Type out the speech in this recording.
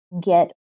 get